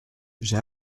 j’ai